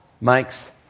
makes